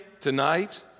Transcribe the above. tonight